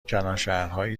کلانشهرهایی